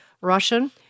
Russian